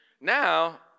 Now